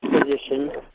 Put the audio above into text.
position